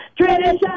tradition